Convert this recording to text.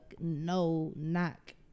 no-knock